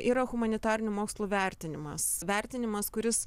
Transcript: yra humanitarinių mokslų vertinimas vertinimas kuris